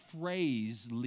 phrase